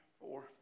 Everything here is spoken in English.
four